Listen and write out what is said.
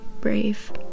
brave